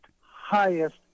highest